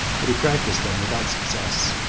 but he practiced them without success.